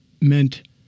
meant